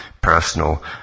personal